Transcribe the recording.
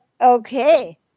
okay